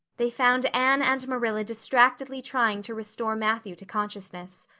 they found anne and marilla distractedly trying to restore matthew to consciousness.